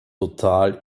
total